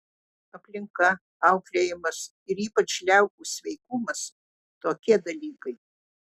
aplinka auklėjimas ir ypač liaukų sveikumas tokie dalykai